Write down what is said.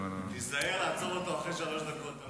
תיזהר לעצור אותו אחרי שלוש דקות,